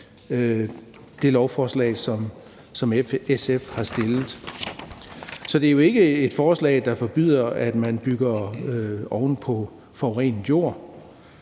beslutningsforslag, som SF har fremsat. Så det er jo ikke et forslag, der forbyder, at man bygger oven på forurenet jord.